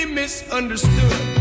misunderstood